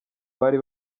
bari